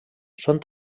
són